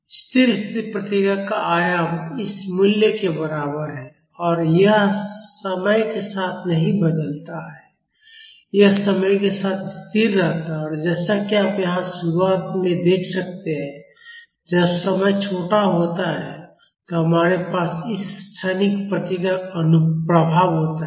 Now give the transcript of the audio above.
स्थिर स्थिति प्रतिक्रिया का आयाम इस मूल्य के बराबर है और यह समय के साथ नहीं बदलता है यह समय के साथ स्थिर रहता है और जैसा कि आप यहां शुरुआत में देख सकते हैं जब समय छोटा होता है तो हमारे पास इस क्षणिक प्रतिक्रिया का प्रभाव होता है